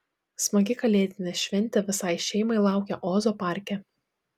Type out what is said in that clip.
smagi kalėdinė šventė visai šeimai laukia ozo parke